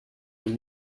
deux